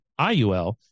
IUL